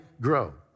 grow